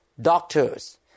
doctors